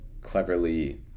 cleverly